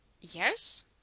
Yes